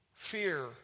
Fear